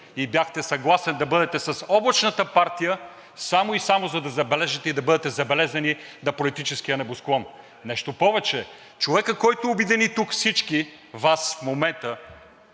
и бяхте съгласен да бъдете с „облачната партия“ само и само за да бъдете забелязани на политическия небосклон. Нещо повече, човекът, който обедини тук всички Вас в момента,